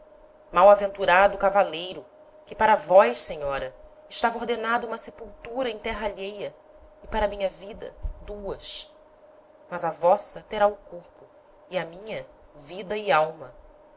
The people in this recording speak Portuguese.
malaventurado cavaleiro que para vós senhora estava ordenada uma sepultura em terra alheia e para minha vida duas mas a vossa terá o corpo e a minha vida e alma